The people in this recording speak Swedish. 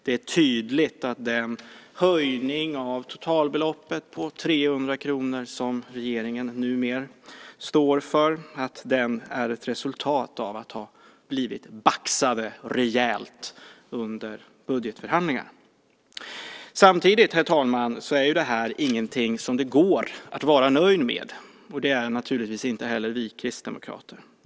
Det är tydligt att den höjning av totalbeloppet med 300 kr som regeringen numer står för är ett resultat av att ha blivit baxade rejält under budgetförhandlingarna. Samtidigt, herr talman, är det här ingenting som det går att vara nöjd med, och det är naturligtvis inte heller vi kristdemokrater.